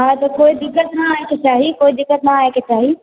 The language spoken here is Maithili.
हँ त कोइ दिक्कत न होइके चाही कोइ दिक्कत न होइके चाही